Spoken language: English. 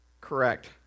correct